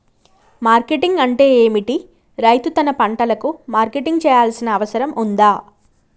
Marketing అంటే ఏమిటి? రైతు తన పంటలకు మార్కెటింగ్ చేయాల్సిన అవసరం ఉందా?